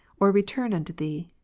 or return unto thee.